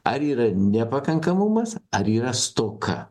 ar yra nepakankamumas ar yra stoka